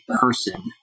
person